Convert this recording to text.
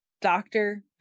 doctor